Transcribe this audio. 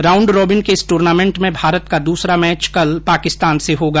round robin के इस tournament में भारत का दूसरा मैच कल पाकिस्तान से होगा